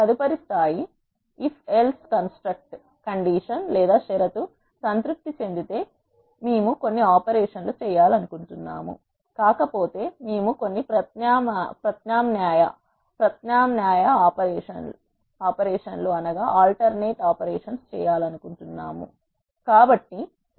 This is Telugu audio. తదుపరి స్థాయి ఇఫ్ ఎల్స్ కన్స్ట్రక్ట్ కండీషన్ లేదా షరతు సంతృప్తి చెందితే మేము కొన్ని ఆపరేషన్ లు చేయాలనుకుంటున్నాము మరియు కాకపోతే మేము కొన్ని ప్రత్యామ్నాయ ఆపరేషన్ లు చేయాలనుకుంటున్నాము